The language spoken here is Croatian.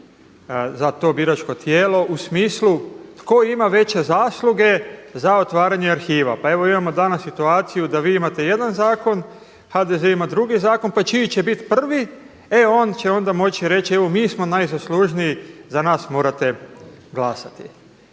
za to biračko tijelo u smislu, tko ima veće zasluge za otvaranje arhiva. Pa evo imamo danas situaciju da vi imate jedan zakon, HDZ ima drugi zakon, pa čiji će biti prvi, e onda će on moći reći mi smo najzaslužniji, za nas morate glasati.